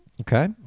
Okay